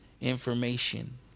information